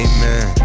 Amen